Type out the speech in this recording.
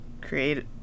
create